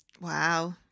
Wow